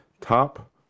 top